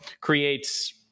creates